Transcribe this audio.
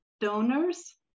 donors